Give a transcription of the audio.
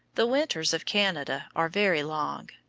the winters of canada are very long,